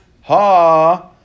Ha